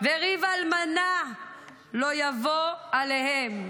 -- "וריב אלמנה לא יבוא אליהם".